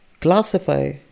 classify